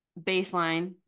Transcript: Baseline